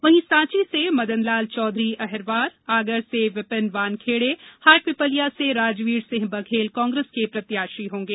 वहीं सांची से मदनलाल चौघरी अहिरवार आगर से विपिन यानखेडे हाटपीपल्या से राजवीर सिंह बघेल कांग्रेस के प्रत्याशी होंगे